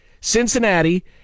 Cincinnati